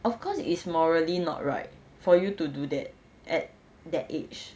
of course it's morally not right for you to do that at that age